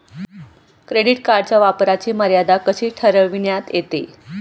Credit कार्डच्या वापराची मर्यादा कशी ठरविण्यात येते?